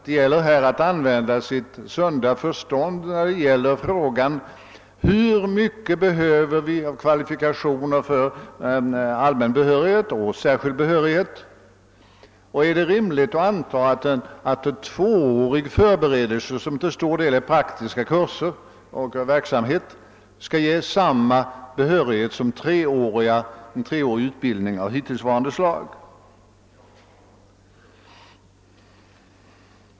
Det gäller här att använda sitt sunda förstånd för att svara på frågan: Vilka kvalifikationer behövs för allmän behörighet och särskild behörighet, och är det rimligt att anta att en tvåårig förberedelse, som till stor del består av praktiska kurser, skall ge samma behörighet som den treåriga ut bildningen av hittillsvarande slag?